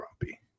grumpy